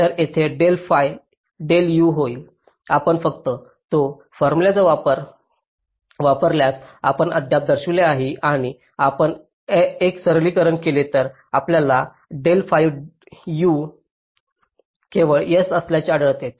तर येथे del fi del u होईल आपण फक्त तो फॉर्म्युला वापरल्यास आपण आत्ताच दर्शविले आहे आणि जर आपण एक सरलीकरण केले तर आपल्याला डेल fi डेल u केवळ s असल्याचे आढळेल